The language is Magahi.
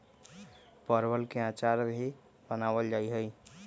परवल के अचार भी बनावल जाहई